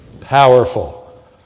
powerful